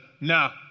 no